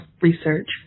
Research